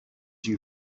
you